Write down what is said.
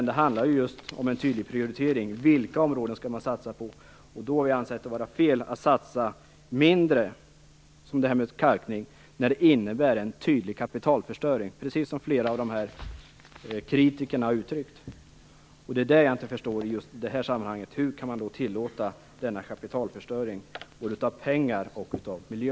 Det handlar ju om en tydlig prioritering. Vilka områden skall man satsa på? Då har vi ansett det vara fel att satsa mindre när det innebär en tydlig kapitalförstöring, som när det gäller kalkningen. Det har ju flera av kritikerna uttryckt. Jag förstår inte hur man i det här sammanhanget kan tillåta denna kapitalförstöring både av pengar och miljö.